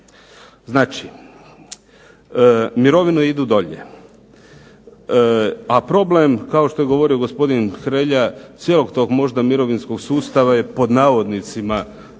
Znači, mirovine idu dolje, a problem kao što je govorio gospodin Hrelja cijelog tog mirovinskog sustava je "banalan" ali